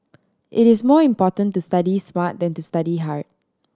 it is more important to study smart than to study hard